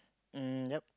um yup